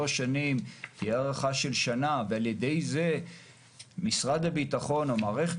שנים תהיה הארכה של שנה ועל-ידי זה משרד הביטחון או מערכת